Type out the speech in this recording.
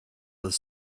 other